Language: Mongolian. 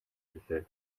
ирлээ